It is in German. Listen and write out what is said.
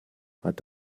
hat